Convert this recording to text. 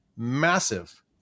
massive